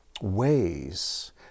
ways